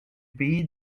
pays